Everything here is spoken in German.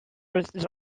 richtig